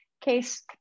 Case